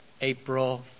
April